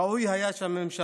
ראוי היה שהממשלה,